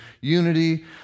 unity